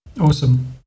Awesome